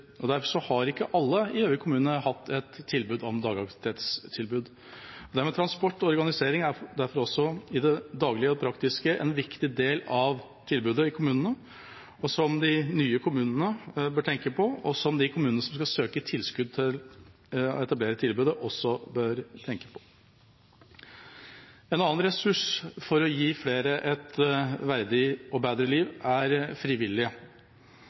Derfor har ikke alle i Gjøvik kommune hatt et dagaktivitetstilbud. Det med transport og organisering er derfor også i det daglige og praktiske en viktig del av tilbudet i kommunene, noe de nye kommunene bør tenke på, og som de kommunene som skal søke om tilskudd til å etablere tilbudet, også bør tenke på. En annen ressurs for å gi flere et verdig og bedre liv er frivillige.